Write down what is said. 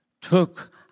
took